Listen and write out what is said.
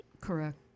Correct